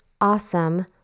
awesome